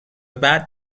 بعد